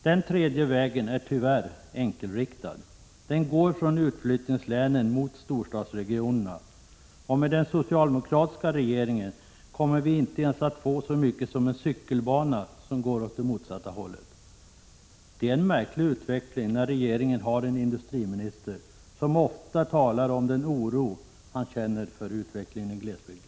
Den tredje vägen är tyvärr enkelriktad. Den går från utflyttningslänen mot storstadsregionerna. Och med den socialdemokratiska regeringen kommer vi inte ens att få så mycket som en cykelbana som går åt det motsatta hållet. Det är en märklig utveckling när regeringen har en industriminister som ofta talar om den oro han känner för utvecklingen i glesbygden.